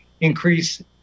increase